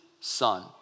son